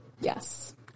Yes